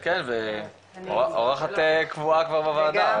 אורחת קבועה כבר בוועדה,